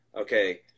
Okay